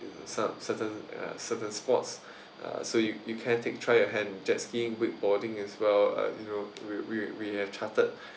cer~ certain uh certain sports uh so you you can take try your hand in jet skiing wake boarding as well uh you know we we we have chartered